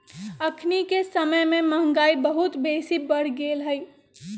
अखनिके समय में महंगाई बहुत बेशी बढ़ गेल हइ